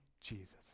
jesus